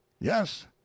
Yes